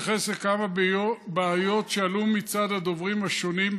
אתייחס לכמה בעיות רוחביות שעלו מצד הדוברים השונים.